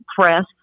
press